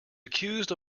accused